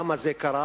למה זה קרה